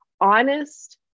honest